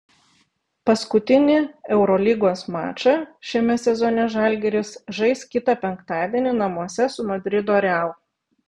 paskutinį eurolygos mačą šiame sezone žalgiris žais kitą penktadienį namuose su madrido real